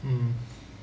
mm